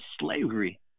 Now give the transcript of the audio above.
slavery